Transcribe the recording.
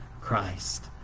Christ